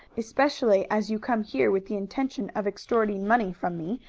especially as you came here with the intention of extorting money from me.